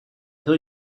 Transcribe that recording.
till